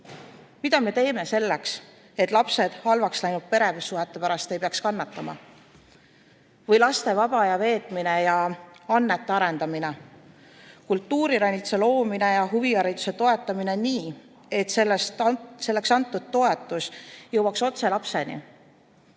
Mida me teeme selleks, et lapsed halvaks läinud peresuhete pärast ei peaks kannatama? Või laste vaba aja veetmine ja annete arendamine, kultuuriranitsa loomine ja huvihariduse toetamine nii, et selleks antud toetus jõuaks otse lapseni